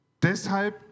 Deshalb